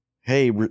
Hey